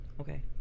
okay